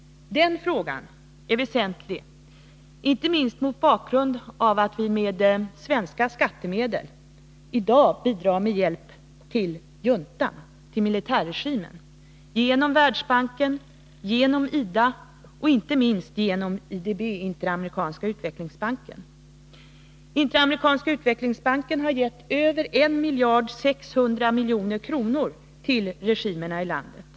Den frågan är väsentlig inte minst mot bakgrund av att vi med svenska skattemedel i dag bidrar med hjälp till juntan, till militärregimen, genom Världsbanken, genom IDA och inte minst genom IDB, Interamerikanska utvecklingsbanken. Interamerikanska utvecklingsbanken har gett över 1600 milj.kr. till regimerna i landet.